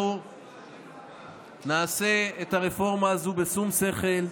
אנחנו נעשה את הרפורמה הזאת בשום שכל,